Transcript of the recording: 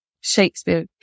Shakespeare